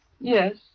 Yes